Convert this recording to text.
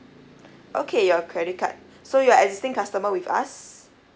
okay your credit card so you are existing customer with us